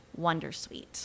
wondersuite